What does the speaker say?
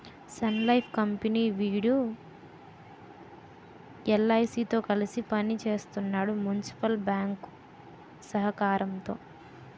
Sun Life company వోడు LIC తో కలిసి పని సేత్తన్నాడు యూనివర్సల్ బ్యేంకు సహకారంతో